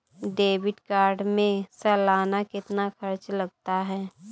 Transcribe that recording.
Debit card में सालाना कितना खर्च लगता है?